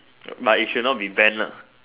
but it should not be banned lah